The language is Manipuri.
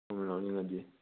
ꯁꯣꯝꯅ ꯂꯧꯅꯤꯡꯉꯗꯤ